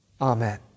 Amen